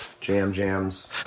jam-jams